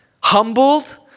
Humbled